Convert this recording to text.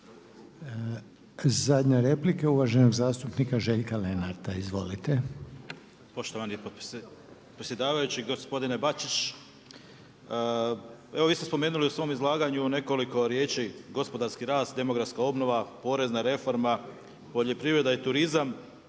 Zadnja replika je uvaženog zastupnika Željka Lenarta. Izvolite. **Lenart, Željko (HSS)** Poštovani predsjedavajući, gospodine Bačić. Evo vi ste spomenuli u svom izlaganju nekoliko riječi, gospodarski rast, demografska obnova, porezna reforma, poljoprivreda i turizam.